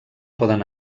poden